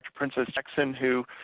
princess jackson, who